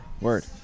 Word